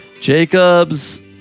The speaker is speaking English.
Jacobs